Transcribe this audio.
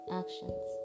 actions